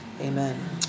Amen